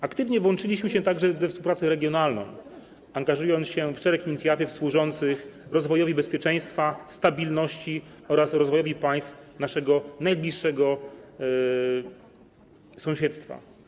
Aktywnie włączyliśmy się także we współpracę regionalną, angażując się w szereg inicjatyw służących rozwojowi bezpieczeństwa, stabilności oraz rozwojowi państw najbliższego sąsiedztwa.